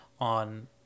on